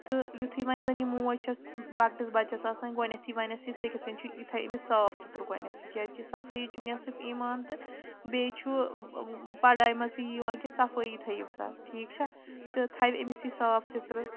تہٕ یُتھُے وۄنۍ زَن یہِ موج چھَس لۄکٹِس بَچَس آسان گۄڈٕنٮ۪تھٕے وَنٮ۪س یہِ ژےٚ کِتھ چھُے یہِ تھایہِ أمِس صاف سُتھرٕ گۄڈٕنٮ۪تھٕے کیٛازکہِ صفٲیی چھُ نٮ۪صٕف ایٖمان تہٕ بیٚیہِ چھُ پَڑھاے منٛز تہِ یہِ یِوان کہِ صفٲیی تھٲیِو سا ٹھیٖک چھےٚ تہٕ تھاوِ أمِس یہِ صاف سُتھرٕ